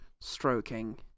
stroking